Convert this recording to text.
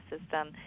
system